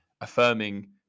affirming